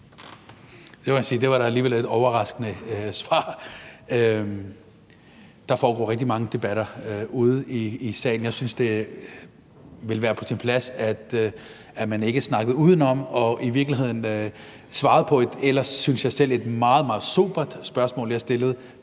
det var dog alligevel et overraskende svar. Der foregår rigtig mange debatter udeomkring, og jeg synes, det ville være på sin plads, at man ikke snakkede udenom, men svarede på et ellers, synes jeg selv, meget, meget sobert spørgsmål, som jeg stillede